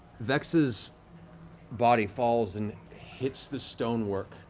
vex's body falls and hits the stonework,